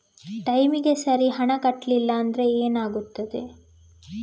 ಟೈಮಿಗೆ ಸರಿ ಹಣ ಕಟ್ಟಲಿಲ್ಲ ಅಂದ್ರೆ ಎಂಥ ಆಗುತ್ತೆ?